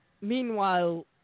Meanwhile